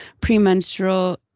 premenstrual